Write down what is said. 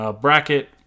bracket